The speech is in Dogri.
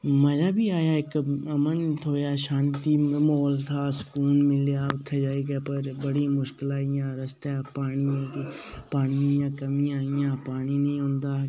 मजा बी आया उत्थें अमन ते शांति म्हौल हा उत्थें सकून मिलेआ पर बड़ी मुश्कलां आइयां उत्थें पानी पानियै दी कमियां आइयां पानी निं होंदा उत्थें